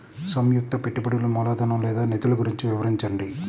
సంయుక్త పెట్టుబడులు మూలధనం లేదా నిధులు గురించి వివరించండి?